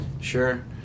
Sure